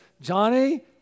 Johnny